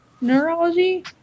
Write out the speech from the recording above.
Neurology